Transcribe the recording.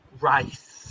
rice